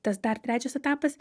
tas dar trečias etapas